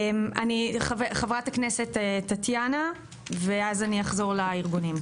חברת הכנסת טטאינה ואז אני אחזור לארגונים.